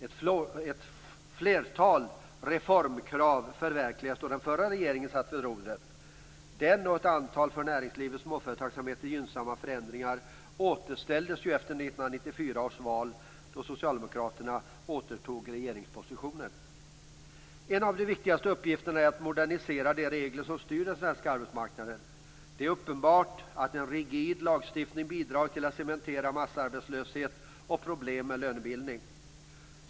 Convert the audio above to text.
Ett flertal reformkrav förverkligades då den förra regeringen satt vid rodret. Denna förändring och ett antal för näringslivet och småföretagsamheten gynnsamma förändringar återställdes ju efter 1994 års val då socialdemokraterna återtog regeringspositionen. En av de viktigaste uppgifterna är att modernisera de regler som styr den svenska arbetsmarknaden. Det är uppenbart att en rigid lagstiftning bidrar till att cementera massarbetslöshet och problem med lönebildning.